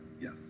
yes